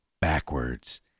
backwards